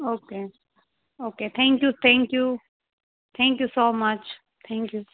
okay okay thank you thank you thank you so much thank you